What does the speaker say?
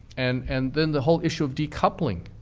and and then the whole issue of decoupling.